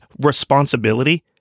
responsibility